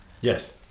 Yes